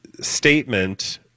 statement